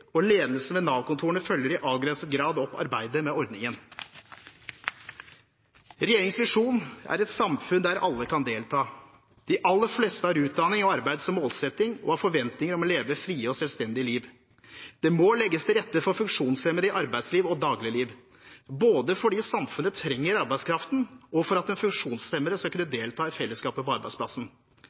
Ledelsen ved Nav-kontorene følger i avgrenset grad opp arbeidet med ordningen. Regjeringens visjon er et samfunn der alle kan delta. De aller fleste har utdanning og arbeid som målsetting og har forventninger om å leve et fritt og selvstendig liv. Det må legges til rette for funksjonshemmede i arbeidsliv og dagligliv, både fordi samfunnet trenger arbeidskraften, og for at den funksjonshemmede skal kunne delta i fellesskapet på arbeidsplassen.